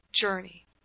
journey